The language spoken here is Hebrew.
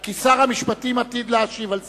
כי שר המשפטים עתיד להשיב על זה.